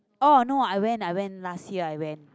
oh no I went I went last year I went